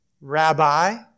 Rabbi